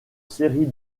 série